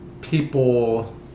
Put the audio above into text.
people